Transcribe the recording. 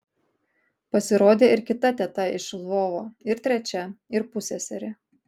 pasirodė ir kita teta iš lvovo ir trečia ir pusseserė